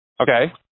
Okay